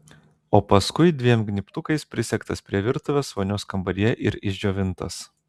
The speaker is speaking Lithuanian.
o paskui dviem gnybtukais prisegtas prie virtuvės vonios kambaryje ir išdžiovintas